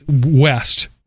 west